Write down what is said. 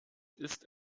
ist